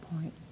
point